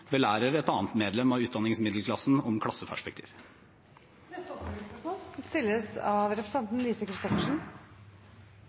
belærer et annet medlem av utdanningsmiddelklassen om klasseperspektiv. Lise Christoffersen – til oppfølgingsspørsmål.